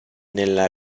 nella